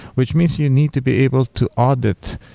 which means you need to be able to audit